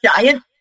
giant